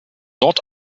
dort